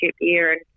year